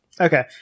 Okay